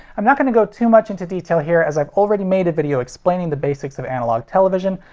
i'm not going to go too much into detail here, as i've already made a video explaining the basics of analog television,